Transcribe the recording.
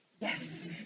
Yes